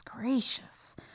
gracious